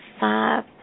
five